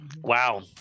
Wow